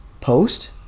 post